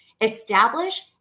establish